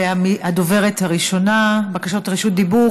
הדוברת הראשונה בבקשות רשות דיבור,